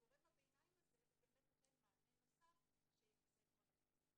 גורם הביניים באמת נותן משהו נוסף שיכסה את כל המקרים.